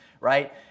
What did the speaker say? right